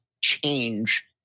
change